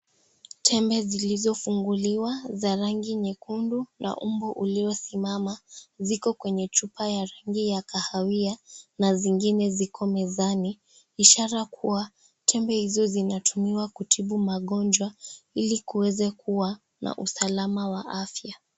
Tembe zilizofunguliwa za rangi nyekundu na mbu ulio simama ziko kwenye chupa ya rangi ya kahawia na zingine ziko mezani ishara kuwa tembe hizo zinatumika kutibu magonjwa ili kuweze kuwa na usalama wa afya.